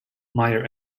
meyer